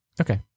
Okay